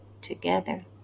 together